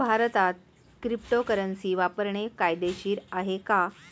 भारतात क्रिप्टोकरन्सी वापरणे कायदेशीर आहे का?